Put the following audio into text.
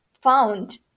found